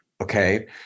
Okay